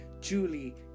Julie